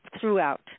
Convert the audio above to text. throughout